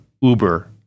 Uber